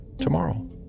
tomorrow